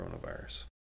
coronavirus